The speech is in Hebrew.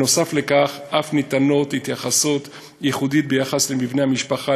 נוסף לכך אף ניתנת התייחסות ייחודית ביחס למבנה המשפחה,